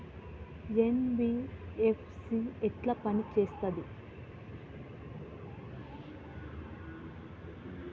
NBFC ఎట్ల పని చేత్తది?